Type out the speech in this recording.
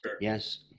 yes